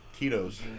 Titos